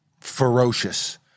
ferocious